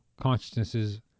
consciousnesses